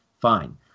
fine